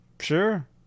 Sure